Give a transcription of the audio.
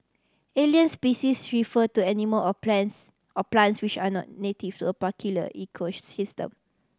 alien species refer to animal or plans or plants which are not native to a particular